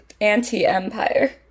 anti-empire